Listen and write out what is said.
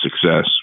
success